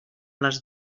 les